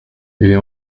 est